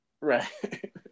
Right